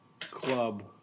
club